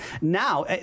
now